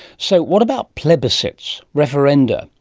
so, what about plebiscites? referenda.